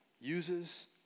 uses